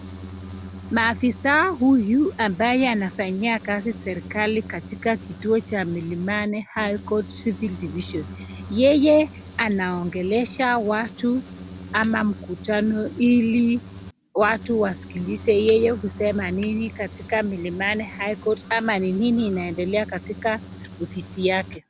Maafisa huyu ambaye anafanyia kazi serikali katika kituo cha Milimani(cs) High(cs) Court (cs) Civil (cs)Division(cs). Yeye anaongelesha watu ama mkutano ili watu wasikilize yeye husema nini katika Milimani (cs) High(cs) Court (cs) ama ni nini inaendelea katika ofisi yake